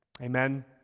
Amen